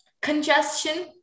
Congestion